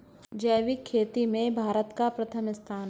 जैविक खेती में भारत का प्रथम स्थान है